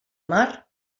mar